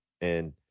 And-